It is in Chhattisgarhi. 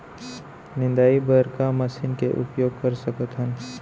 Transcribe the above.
निंदाई बर का मशीन के उपयोग कर सकथन?